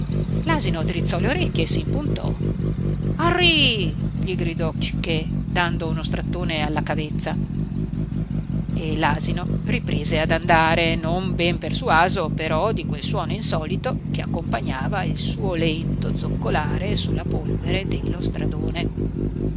l'asino drizzò le orecchie e s'impuntò arrì gli gridò cichè dando uno strattone alla cavezza e l'asino riprese ad andare non ben persuaso però di quel suono insolito che accompagnava il suo lento zoccolare sulla polvere dello stradone